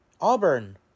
Auburn